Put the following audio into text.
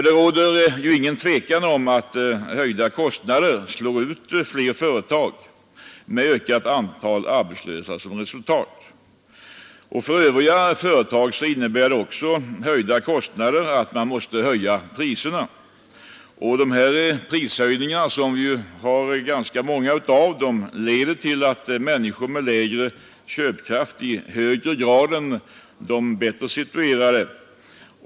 Det råder nämligen ingen tvekan om att höjda kostnader slår ut flera företag med ökat antal arbetslösa som följd. För övriga företag innebär höjda kostnader att i de flesta fall priserna måste höjas. Prishöjningarna — som är ganska vanligt förekommande — leder till att människor med lägre köpkraft drabbas i högre grad än bättre situerade.